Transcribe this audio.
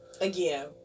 Again